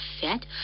fat